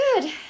good